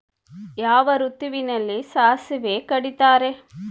ಯಾವ ಋತುವಿನಲ್ಲಿ ಸಾಸಿವೆ ಕಡಿತಾರೆ?